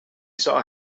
saw